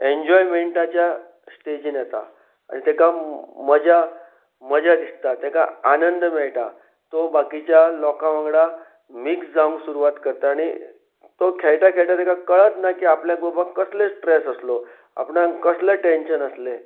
एन्जॉयमेंटाच्या स्टेजीन येता आनी ताका मजा मजा दिसता ताका आनंद मेळटा तो बाकिच्या लोकां वांगडा मिक्स जावनक सुरवात करता आनी तो खेळटा खेळटा ताका कळत ना की आपल्याक बाबा कसलेय स्ट्रेस आसलो आपणक कसलें टॅन्शन आसलें